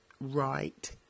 right